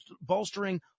bolstering